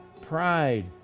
pride